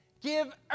Give